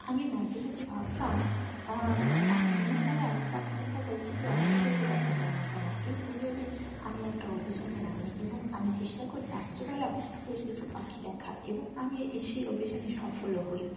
আমি মাঝে মাঝে ভাবতাম পাক দিনের বেলায় এত পাখি দেখা যায় কিন্তু রাত্রে সেগুলো দেখা যায় না কেন এই ভেবে ভেবে আমি একটা অভিযানে নামি এবং আমি চেষ্টা করি রাত্রে বেলা বেশ কিছু পাখি দেখার এবং আমি এই সে অভিযানে সফলও হই